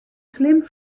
slim